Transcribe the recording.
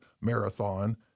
marathon